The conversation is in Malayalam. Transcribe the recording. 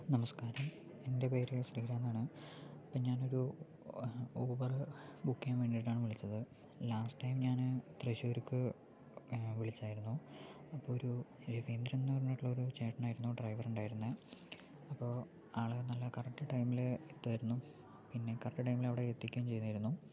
നമസ്ക്കാരം എൻ്റെ പേര് ശ്രീരാം എന്നാണ് അപ്പോൾ ഞാനൊരു ഊബർ ബുക്ക് ചെയ്യാൻ വേണ്ടിയിട്ടാണ് വിളിച്ചത് ലാസ്റ്റ് ടൈം ഞാൻ തൃശ്ശൂരേക്ക് വിളിച്ചായിരുന്നു അപ്പോൾ ഒരു രവീന്ദ്രൻ എന്നു പറഞ്ഞിട്ടുള്ളൊരു ചേട്ടനായിരുന്നു ഡ്രൈവറുണ്ടായിരുന്നത് അപ്പോൾ ആൾ നല്ല കറക്റ്റ് ടൈമിൽ എത്തുമായിരുന്നു പിന്നെ കറക്റ്റ് ടൈമിൽ അവിടെ എത്തിക്കുകയും ചെയ്യുമായിരുന്നു